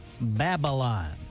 Babylon